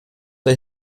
der